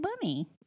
bunny